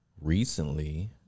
recently